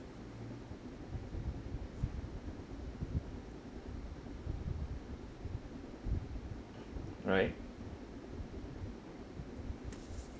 right